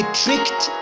tricked